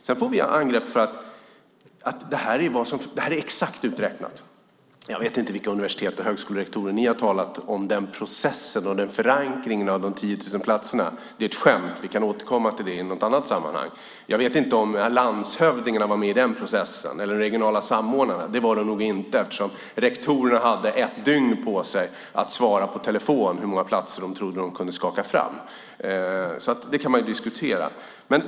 Sedan blir vi angripna med att det här är exakt uträknat. Jag vet inte vilka universitets och högskolerektorer ni har talat med om den processen och förankringen av de 10 000 platserna. Det är ett skämt. Vi kan återkomma till det i något annat sammanhang. Jag vet inte om landshövdingarna var med i den processen eller de regionala samordnarna. Det var de nog inte eftersom rektorerna hade ett dygn på sig att svara på telefon hur många platser de trodde att de kunde skaka fram. Det kan man ju diskutera.